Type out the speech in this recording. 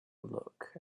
look